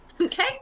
okay